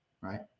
right